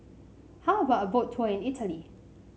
how about a Boat Tour in Italy